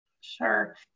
Sure